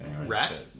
Rat